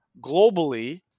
globally